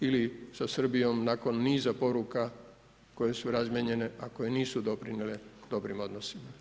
Ili sa Srbijom nakon niza poruka koje su razmijenjene a koje nisu doprinijele dobrim odnosima.